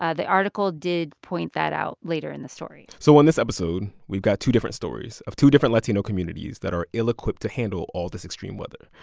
ah the article did point that out later in the story so in this episode, we've got two different stories of two different latino communities that are ill-equipped to handle all this extreme weather.